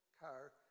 car